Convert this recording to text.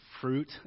fruit